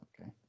okay